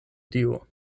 dio